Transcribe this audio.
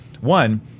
one